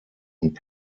und